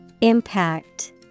Impact